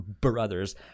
brothers